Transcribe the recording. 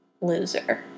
loser